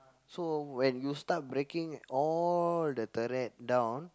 so when you start breaking all the turret down